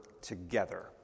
together